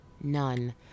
None